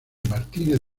martínez